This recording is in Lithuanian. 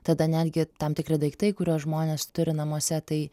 tada netgi tam tikri daiktai kuriuos žmonės turi namuose tai